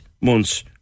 months